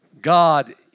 God